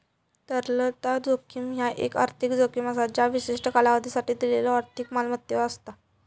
तरलता जोखीम ह्या एक आर्थिक जोखीम असा ज्या विशिष्ट कालावधीसाठी दिलेल्यो आर्थिक मालमत्तेक असता